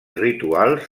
rituals